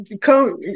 come